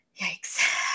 Yikes